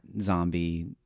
zombie